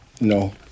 No